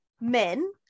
men